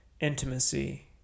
intimacy